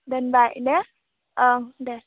दोनबाय दे औ दे